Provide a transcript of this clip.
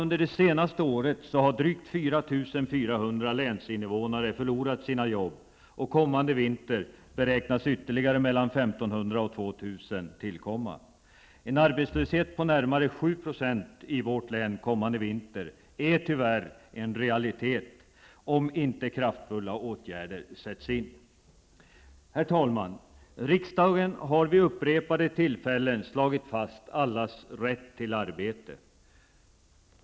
Under det senaste året har drygt 4 400 länsinnevånare förlorat sina jobb, och kommande vinter beräknas ytterligare mellan 1 500 och 2 000 7 % i vårt län kommande vinter är tyvärr en realitet, om inte kraftfulla åtgärder sätts in. Herr talman! Riksdagen har vid upprepade tillfällen slagit fast allas rätt till arbete.